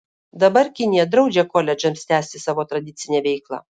dabar kinija draudžia koledžams tęsti savo tradicinę veiklą